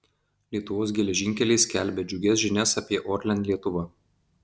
lietuvos geležinkeliai skelbia džiugias žinias apie orlen lietuva